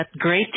great